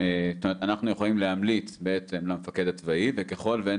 אנחנו יכולים להמליץ למפקד הצבאי וככל שאין